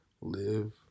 live